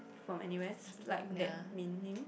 from N_U_S like that meaning